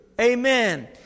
Amen